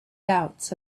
doubts